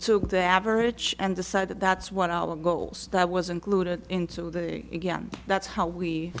took the average and decided that's what our goals that was included into the again that's how we